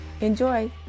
Enjoy